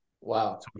Wow